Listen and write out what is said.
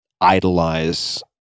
idolize